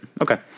Okay